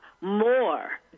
more